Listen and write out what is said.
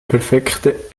perfekte